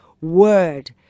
word